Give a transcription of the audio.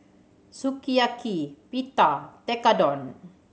Sukiyaki Pita Tekkadon